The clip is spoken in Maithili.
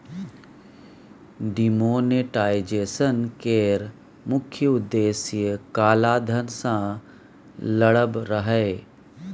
डिमोनेटाईजेशन केर मुख्य उद्देश्य काला धन सँ लड़ब रहय